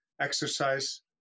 Exercise